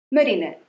Marina